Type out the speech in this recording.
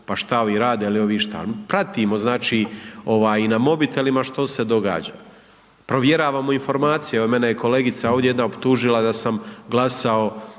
pa šta ovi rade, jel ovi išta, pratimo, znači, i na mobitelima što se događa, provjeravamo informacije, evo mene je kolegica ovdje jedna optužila da sam glasao